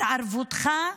התערבותך,